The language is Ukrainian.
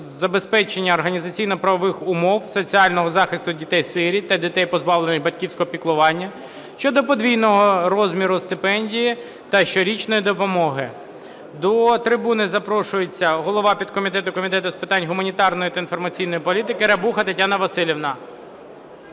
забезпечення організаційно-правових умов соціального захисту дітей-сиріт та дітей, позбавлених батьківського піклування" щодо підвищення розміру стипендії та щорічної допомоги. До трибуни запрошується голова підкомітету Комітету з питань гуманітарної та інформаційної політики Рябуха Тетяна Василівна.